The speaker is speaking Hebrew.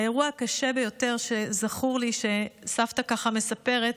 האירוע הקשה ביותר שזכור לי, סבתא ככה מספרת,